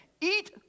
Eat